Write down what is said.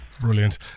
Brilliant